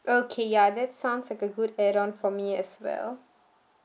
okay ya that sounds like a good add on for me as well